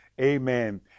amen